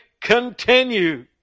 continue